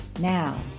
Now